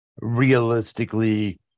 Realistically